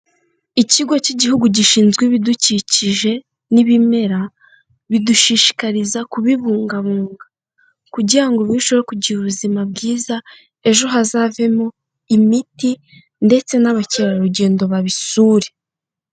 Ikigo cy'igihugu gishinzwe ibidukikije n'ibimera, bidushishikariza kubibungabunga, kugira ngo birusheho kugira ubuzima bwiza, ejo hazavemo imiti ndetse n'abakerarugendo babisure.